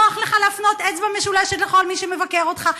נוח לך להפנות אצבע משולשת לכל מי שמבקר אותך.